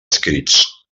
escrits